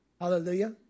Hallelujah